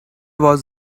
was